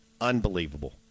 Unbelievable